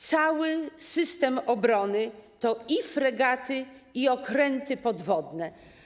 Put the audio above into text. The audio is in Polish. Cały system obrony to i fregaty i okręty podwodne.